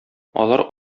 алар